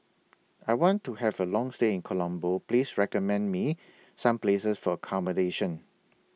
I want to Have A Long stay in Colombo Please recommend Me Some Places For accommodation